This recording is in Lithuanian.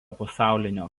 pasaulinio